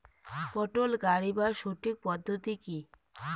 পটল গারিবার সঠিক পদ্ধতি কি?